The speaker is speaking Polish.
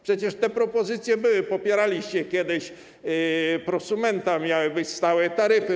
Przecież te propozycje były, popieraliście kiedyś program „Prosument”, miały być stałe taryfy.